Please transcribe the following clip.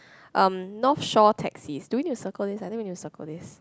um North Shore taxis do we need to circle this I think we need to circle this